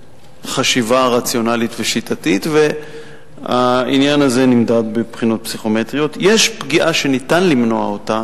היושב-ראש, יש עוד נתונים קשים שאני לא אעלה אותם